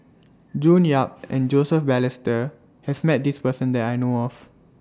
June Yap and Joseph Balestier has Met This Person that I know of